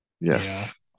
Yes